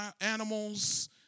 animals